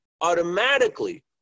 automatically